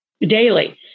daily